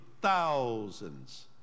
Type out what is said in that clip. thousands